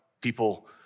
People